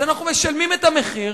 אז אנחנו משלמים את המחיר,